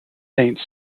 saints